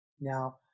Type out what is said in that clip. Now